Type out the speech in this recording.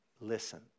Listen